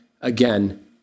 again